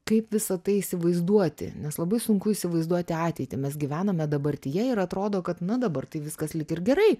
kaip visa tai įsivaizduoti nes labai sunku įsivaizduoti ateitį mes gyvename dabartyje ir atrodo kad na dabar tai viskas lyg ir gerai